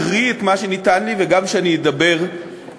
גם כשאני אקריא את מה שניתן לי וגם כשאני אדבר בשמי.